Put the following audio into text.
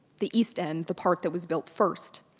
the east end, the part that was built first.